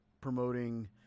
promoting